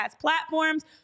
platforms